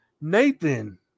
Nathan